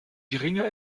geringer